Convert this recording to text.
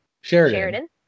Sheridan